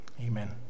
Amen